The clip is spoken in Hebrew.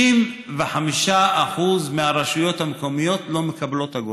65% מהרשויות המקומיות לא מקבלות אגורה.